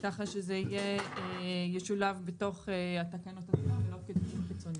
כך שזה ישולב בתוך התקנות, לא כדבר חיצוני.